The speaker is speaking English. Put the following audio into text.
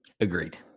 Agreed